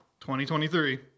2023